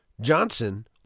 Johnson